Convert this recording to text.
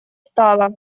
стала